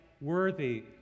worthy